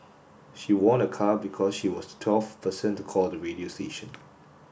she won a car because she was the twelfth person to call the radio station